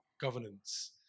governance